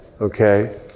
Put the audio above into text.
okay